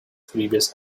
previous